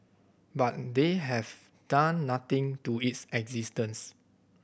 but they have done nothing to its existence